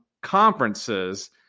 conferences